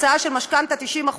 ההצעה של משכנתה 90%,